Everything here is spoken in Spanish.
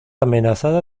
amenazada